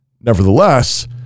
Nevertheless